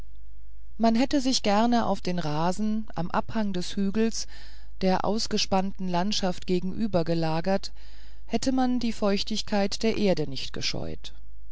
man hätte sich gern auf den rasen am abhange des hügels der ausgespannten landschaft gegenüber gelagert hätte man die feuchtigkeit der erde nicht gescheut